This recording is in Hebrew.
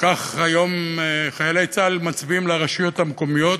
היום חיילי צה"ל מצביעים לרשויות המקומיות,